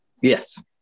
Yes